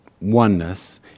oneness